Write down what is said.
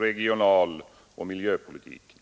regionaloch miljöpolitik.